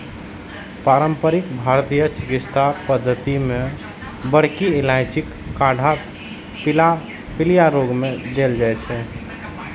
पारंपरिक भारतीय चिकित्सा पद्धति मे बड़की इलायचीक काढ़ा पीलिया रोग मे देल जाइ छै